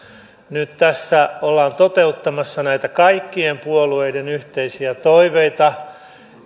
nyt tässä ollaan toteuttamassa näitä kaikkien puolueiden yhteisiä toiveita